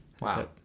Wow